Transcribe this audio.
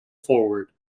forward